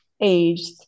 aged